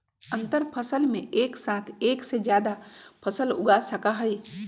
अंतरफसल में एक साथ एक से जादा फसल उगा सका हई